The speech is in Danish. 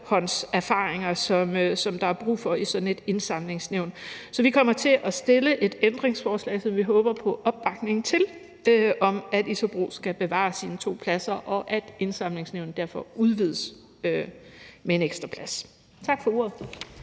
førstehåndserfaringer, som der er brug for i sådan et indsamlingsnævn. Så vi kommer til at stille et ændringsforslag, som vi håber på opbakning til, om, at ISOBRO skal bevare sine to pladser, og at Indsamlingsnævnet derfor udvides med en ekstra plads. Tak for ordet.